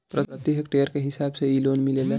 प्रति हेक्टेयर के हिसाब से इ लोन मिलेला